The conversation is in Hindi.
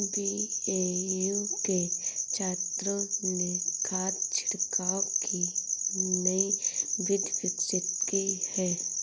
बी.ए.यू के छात्रों ने खाद छिड़काव की नई विधि विकसित की है